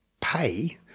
pay